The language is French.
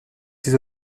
ses